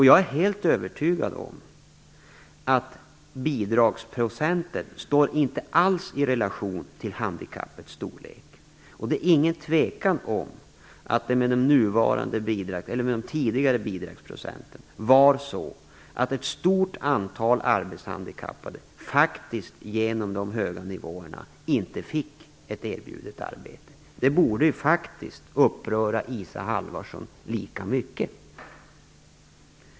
Jag är helt övertygad om att bidragsprocenten inte alls står i relation till handikappets storlek. Det råder inget tvivel om att det med de tidigare höga bidragsnivåerna var så att ett stort antal arbetshandikappade faktiskt inte blev erbjudna ett arbete. Det borde uppröra Isa Halvarsson lika mycket.